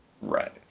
Right